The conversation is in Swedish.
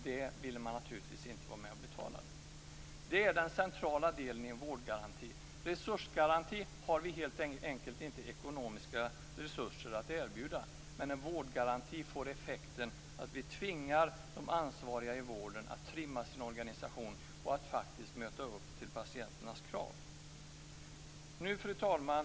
Det ville man naturligtvis inte vara med och betala. Det är alltså den centrala delen i vårdgarantin. Resursgaranti har vi helt enkelt inte ekonomiska resurser att erbjuda, men en vårdgaranti får effekten att vi tvingar de ansvariga i vården att trimma sin organisation och att möta patienternas krav. Fru talman!